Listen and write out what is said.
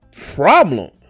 problem